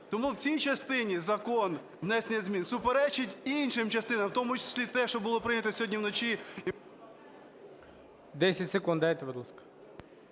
Тому в цій частині закон внесення змін суперечить іншім частинам, в тому числі і те, що було прийнято сьогодні вночі… ГОЛОВУЮЧИЙ. 10 секунд дайте, будь ласка.